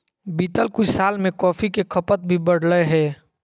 बीतल कुछ साल में कॉफ़ी के खपत भी बढ़लय हें